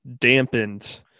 dampened